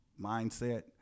mindset